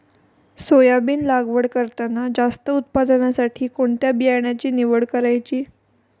Soybean लागवड करताना जास्त उत्पादनासाठी कोणत्या बियाण्याची निवड करायची?